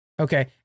okay